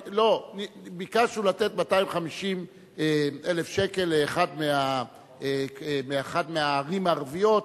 ביקשנו לתת 250,000 שקל לאחת מהערים הערביות,